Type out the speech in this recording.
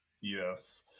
yes